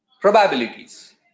probabilities